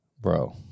bro